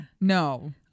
No